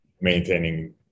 maintaining